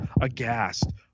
aghast